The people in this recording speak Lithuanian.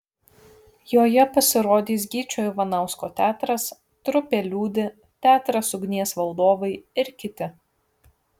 joje pasirodys gyčio ivanausko teatras trupė liūdi teatras ugnies valdovai ir kiti